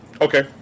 Okay